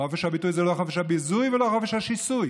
חופש הביטוי זה לא חופש הביזוי ולא חופש השיסוי,